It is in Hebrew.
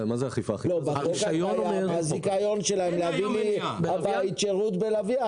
הזיכיון שלהם --- שירות בלוויין.